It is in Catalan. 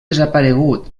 desaparegut